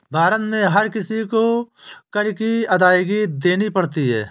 भारत में हर किसी को कर की अदायगी देनी ही पड़ती है